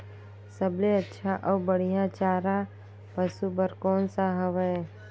सबले अच्छा अउ बढ़िया चारा पशु बर कोन सा हवय?